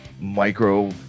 micro